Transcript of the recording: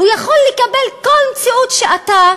הוא יכול לקבל כל מציאות שאתה